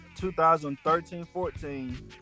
2013-14